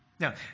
Now